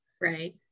Right